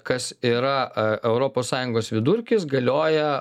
kas yra europos sąjungos vidurkis galioja